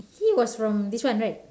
he was from this one right